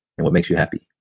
and what makes you happy?